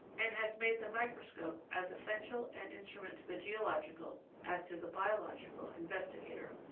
and has made the microscope as essential an instrument to the geological as to the biological investigator.